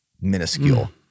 minuscule